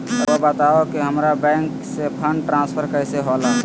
राउआ बताओ कि हामारा बैंक से फंड ट्रांसफर कैसे होला?